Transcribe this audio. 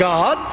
God